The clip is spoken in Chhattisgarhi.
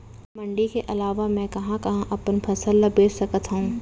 मण्डी के अलावा मैं कहाँ कहाँ अपन फसल ला बेच सकत हँव?